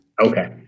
Okay